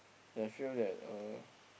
they feel that uh